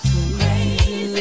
Crazy